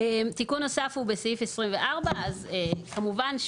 תיקון נוסף הוא בסעיף 24. כמובן,